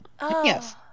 Yes